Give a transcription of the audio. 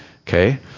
Okay